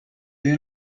you